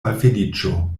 malfeliĉo